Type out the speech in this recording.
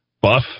buff